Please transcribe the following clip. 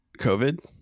COVID